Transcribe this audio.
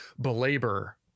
belabor